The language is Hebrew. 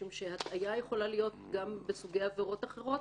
משום שהטעיה יכולה להיות גם בסוגי עבירות אחרות,